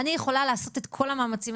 אני יכולה לעשות את כל המאמצים,